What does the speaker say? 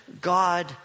God